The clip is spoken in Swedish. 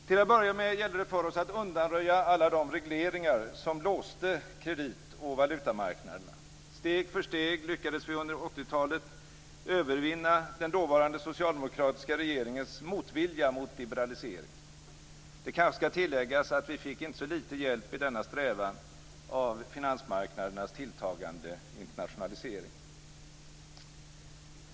Till att börja med gällde det för oss att undanröja alla de regleringar som låste kredit och valutamarknaderna. Steg för steg lyckades vi under 1980-talet övervinna den dåvarande socialdemokratiska regeringens motvilja mot liberalisering. Det kanske skall tilläggas att vi fick inte så litet hjälp i denna strävan av finansmarknadernas tilltagande internationalisering.